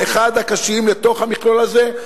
אחד הקשים בתוך המכלול הזה,